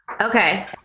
okay